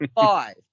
five